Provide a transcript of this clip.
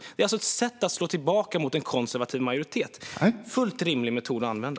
Det är alltså ett sätt att slå tillbaka mot en konservativ majoritet. Det är en fullt rimlig metod att använda.